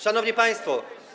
Szanowni Państwo!